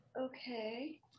Okay